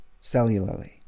cellularly